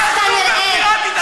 סופר-פיראטית.